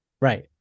Right